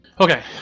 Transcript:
Okay